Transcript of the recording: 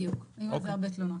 בדיוק, היו על זה הרבה תלונות.